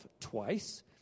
twice